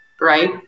right